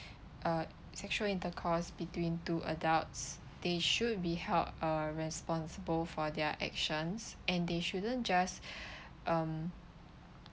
uh sexual intercourse between two adults they should be held uh responsible for their actions and they shouldn't just um